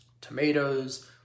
tomatoes